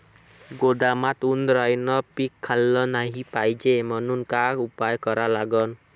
गोदामात उंदरायनं पीक खाल्लं नाही पायजे म्हनून का उपाय करा लागन?